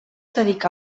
dedicà